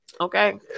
okay